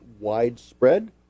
widespread